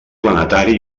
planetari